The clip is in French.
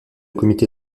comité